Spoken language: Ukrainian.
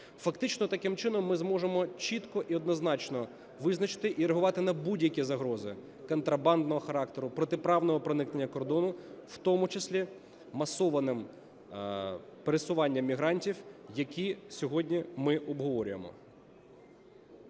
Фактично таким чином ми зможемо чітко і однозначно визначити і реагувати на будь-які загрози контрабандного характеру, протиправного проникнення кордону, в тому числі масованим пересуванням мігрантів, які сьогодні ми обговорюємо.